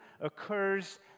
occurs